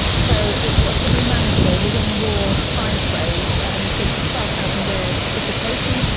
so it's got to be manageable within your time frame. and it's a twelve thousand word dissertation,